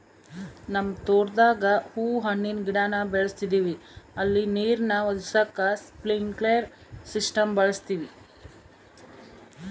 ನಮ್ ತೋಟುದಾಗ ಹೂವು ಹಣ್ಣಿನ್ ಗಿಡಾನ ಬೆಳುಸ್ತದಿವಿ ಅಲ್ಲಿ ನೀರ್ನ ಒದಗಿಸಾಕ ಸ್ಪ್ರಿನ್ಕ್ಲೆರ್ ಸಿಸ್ಟಮ್ನ ಬಳುಸ್ತೀವಿ